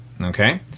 Okay